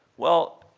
well,